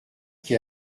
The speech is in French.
qui